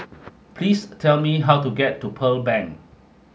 please tell me how to get to Pearl Bank